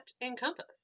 encompass